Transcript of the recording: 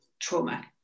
trauma